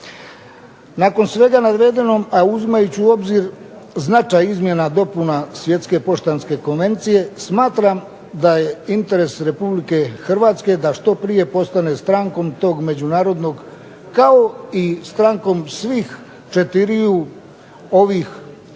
Nakon svega navedenog a uzimajući u obzir značaj izmjena dopuna Svjetske poštanske konvencije smatram da je interes Republike Hrvatske da što prije postane strankom tog međunarodnog kao i strankom svih četiriju ovih zakona